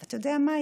אתה יודע מה,